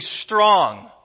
strong